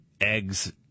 eggs